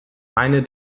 eine